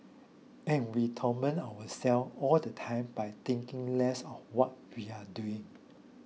and we torment ourselves all the time by thinking less of what we're doing